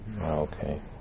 okay